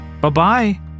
Bye-bye